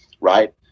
right